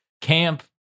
Camp